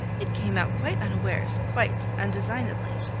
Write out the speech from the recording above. it came out quite unawares, quite undesignedly.